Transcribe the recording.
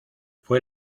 fue